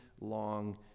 long